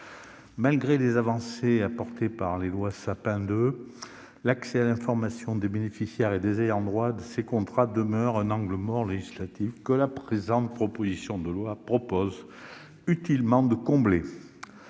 Malgré les avancées apportées par les lois Sapin II et Pacte, l'accès à l'information des bénéficiaires et des ayants droit de ces contrats demeure un angle mort législatif que cette proposition de loi prévoit utilement de combler.